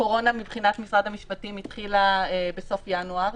הקורונה מבחינת משרד המשפטים התחילה בסוף ינואר.